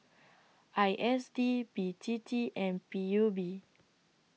I S D B T T and P U B